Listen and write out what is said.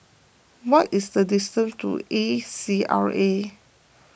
what is the distance to A C R A